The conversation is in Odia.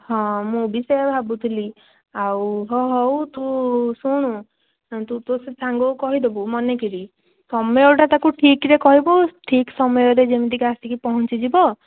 ହଁ ମୁଁ ବି ସେଇଆ ଭାବୁଥିଲି ଆଉ ହଁ ହଉ ତୁ ଶୁଣୁ ତୁ ତୋର ସେ ସାଙ୍ଗକୁ କହିଦେବୁ ମନେକରି ସମୟଟା ତାକୁ ଠିକ୍ରେ କହିବୁ ଠିକ୍ ସମୟରେ ଯେମିତିକା ଆସିକି ପହଞ୍ଚିଯିବ